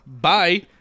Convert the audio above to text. bye